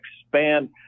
expand